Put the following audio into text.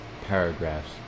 paragraphs